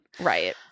Right